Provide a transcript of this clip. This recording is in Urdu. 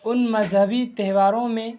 ان مذہبی تہواروں میں